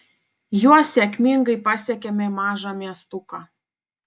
juo sėkmingai pasiekėme mažą miestuką